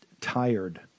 tired